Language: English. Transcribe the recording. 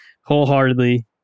wholeheartedly